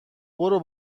برو